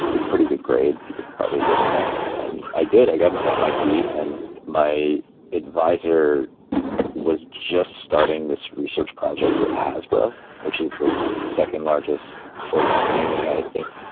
you have pretty good grades, you could probably get in there and i did, i got into mit. and my adviser was just starting this research project with hasbro, which is the second largest toy company in the united states,